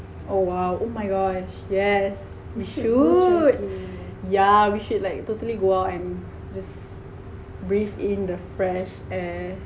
oh !wow! oh my god yes we should yeah we should like totally go out and just breathe in the fresh air